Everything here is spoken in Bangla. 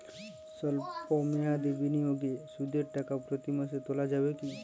সল্প মেয়াদি বিনিয়োগে সুদের টাকা প্রতি মাসে তোলা যাবে কি?